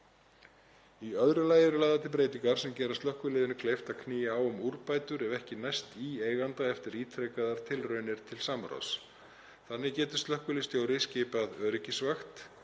Í öðru lagi eru lagðar til breytingar sem gera slökkviliðinu kleift að knýja á um úrbætur ef ekki næst í eiganda eftir ítrekaðar tilraunir til samráðs. Þannig getur slökkviliðsstjóri skipað öryggisvakt,